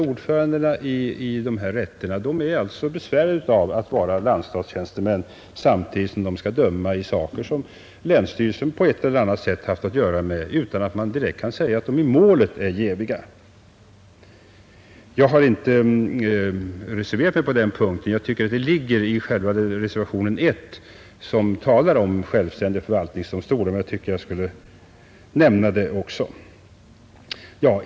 Ordförandena i dessa rätter är alltså besvärade av att vara landsstatstjänstemän samtidigt som de skall döma i frågor som länsstyrelsen på ett eller annat sätt kan ha haft att göra med utan att man direkt kan säga att de i målet är jäviga. Jag har inte reserverat mig på den punkten. Jag tycker att det ligger i själva reservation 1, som talar om självständiga förvaltningsdomstolar, men jag tycker att jag borde nämna det också.